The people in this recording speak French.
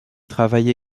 travaille